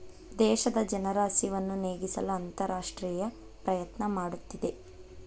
ದೇಶದ ಜನರ ಹಸಿವನ್ನು ನೇಗಿಸಲು ಅಂತರರಾಷ್ಟ್ರೇಯ ಪ್ರಯತ್ನ ಮಾಡುತ್ತಿದೆ